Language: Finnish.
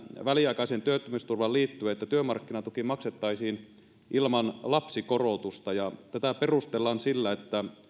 väliaikaiseen työttömyysturvaan liittyy se että työmarkkinatuki maksettaisiin ilman lapsikorotusta tätä perustellaan sillä että